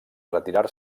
retirar